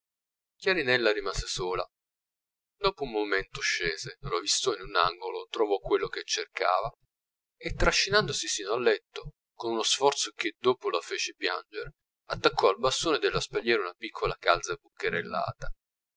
chiarinella rimase sola dopo un momento scese rovistò in un angolo trovò quello che cercava e trascinandosi sino al letto con uno sforzo che dopo la fece piangere attaccò al bastone della spalliera una piccola calza bucherellata